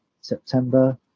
September